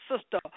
sister